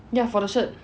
ya for the shirt